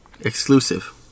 Exclusive